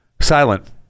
silent